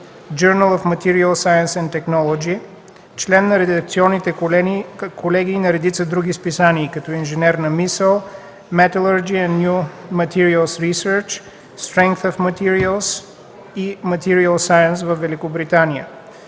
„Journal of Materials Science and Technology”, член на редакционните колегии на редица други списания като „Инженерна мисъл”, „Metallurgy and New Materials Researchers”, „Strength of Materials” и „Materials Science” във Великобритания.